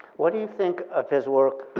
what do you think of his work